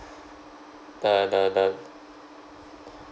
the the the